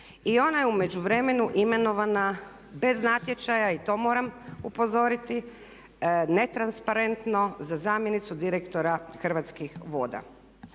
i ona je u međuvremenu imenovana bez natječaja i to moram upozoriti netransparentno za zamjenicu direktora Hrvatskih voda.